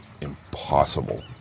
impossible